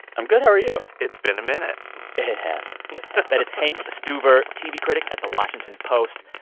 i'm good. how are you? it's been a minute it has that is hank stuever, tv critic at the washington post.